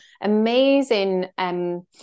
amazing